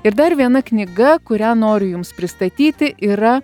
ir dar viena knyga kurią noriu jums pristatyti yra